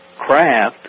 craft